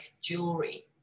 jewelry